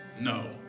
No